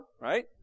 right